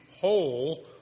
whole